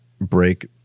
break